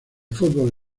fútbol